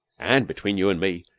an' between you an' me,